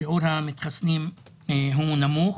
שיעור המתחסנים הוא נמוך,